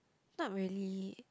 not really